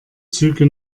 züge